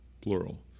plural